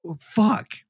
fuck